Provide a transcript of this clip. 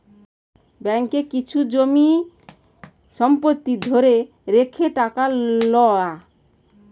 ব্যাঙ্ককে কিছু জমি সম্পত্তি ধরে রেখে টাকা লওয়া